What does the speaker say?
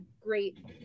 great